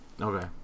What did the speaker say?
Okay